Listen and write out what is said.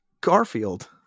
Garfield